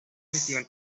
festival